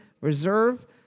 Reserve